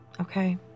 Okay